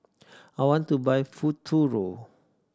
I want to buy Futuro